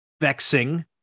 vexing